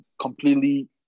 completely